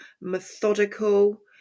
methodical